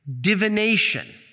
divination